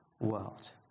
world